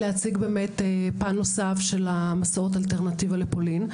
להציג באמת פן נוסף של מסעות אלטרנטיבה לפולין.